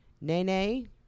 Nene